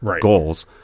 goals